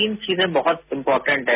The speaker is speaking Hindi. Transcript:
तीन चीजें बहुत इंपोटेंट हैं